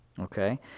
okay